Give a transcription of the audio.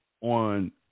on